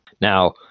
Now